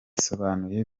bisobanuye